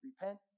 repent